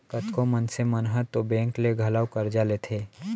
कतको मनसे मन ह तो बेंक ले घलौ करजा लेथें